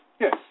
yes